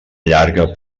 llarga